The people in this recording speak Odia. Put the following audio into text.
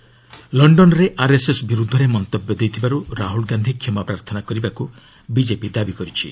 ବିଜେପି ରାହ୍ୱଲ୍ ଲଣ୍ଡନ୍ରେ ଆର୍ଏସ୍ଏସ୍ ବିରୁଦ୍ଧରେ ମନ୍ତବ୍ୟ ଦେଇଥିବାରୁ ରାହୁଲ ଗାନ୍ଧି କ୍ଷମା ପ୍ରାର୍ଥନା କରିବାକୁ ବିଜେପି ଦାବି କରିଛି